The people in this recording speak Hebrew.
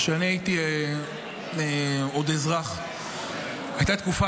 כשאני עוד הייתי אזרח, הייתה תקופה